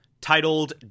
titled